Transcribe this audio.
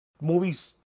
movies